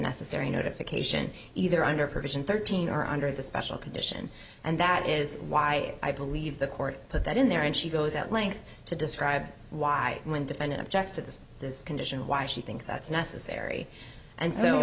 necessary notification either under her version thirteen or under the special condition and that is why i believe the court put that in there and she goes at length to describe why when defendant objects to this condition why she thinks that's necessary and so it